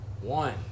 one